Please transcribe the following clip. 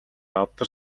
авдар